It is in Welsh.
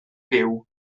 byw